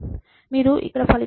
మీరు ఇక్కడ ఫలితంలో చూస్తారు